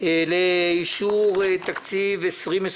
לאישור תקציב 20/20,